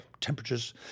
temperatures